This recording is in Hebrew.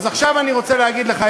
אז עכשיו אני רוצה להגיד לך,